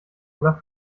oder